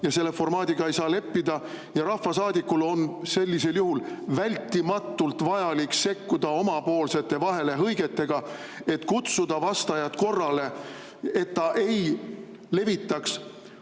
ja selle formaadiga ei saa leppida. Rahvasaadikul on sellisel juhul vältimatult vajalik sekkuda omapoolsete vahelehõigetega, et kutsuda vastajat korrale, et ta ei levitaks